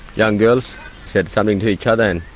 young girls said something to each other